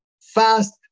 fast